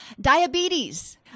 Diabetes